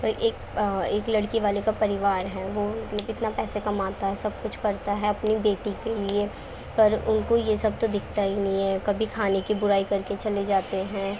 پر ایک ایک لڑکی والے کا پریوار ہے وہ مطلب کتنا پیسے کماتا ہے سب کچھ کرتا ہے اپنی بیٹی کے لیے پر ان کو یہ سب تو دکھتا ہی نہیں ہے کبھی کھانے کی برائی کر کے چلے جاتے ہیں